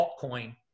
altcoin